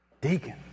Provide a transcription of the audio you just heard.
Deacon